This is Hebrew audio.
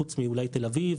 חוץ אולי מתל אביב,